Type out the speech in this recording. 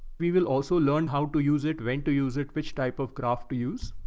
we will also learn how to use it when to use it, which type of graph to use.